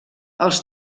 els